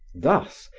thus,